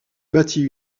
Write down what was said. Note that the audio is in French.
bâtit